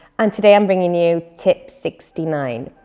and today i'm bringing you tip sixty nine.